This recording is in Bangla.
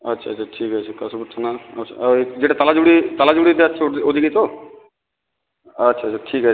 আচ্ছা আচ্ছা ঠিক আছে কাশীপুর থানা আচ্ছা যেটা তালাজুড়ি তালাজুড়ি যাচ্ছে ওদি ওদিকে তো আচ্ছা আচ্ছা ঠিক আছে